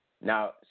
Now